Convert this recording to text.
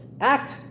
act